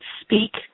Speak